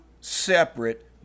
separate